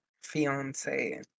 fiance